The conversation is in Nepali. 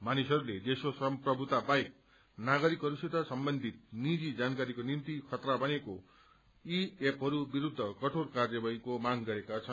मानिसहस्ते देशको सम्प्रभुता बाहेक नागरिकहस्सित सम्बन्धित निजी जानकारीको निभ्ति खतरा बनेको यी एपहरू विरूद्ध कठोर कार्यवाहीको माग गरेका छन्